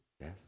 Yes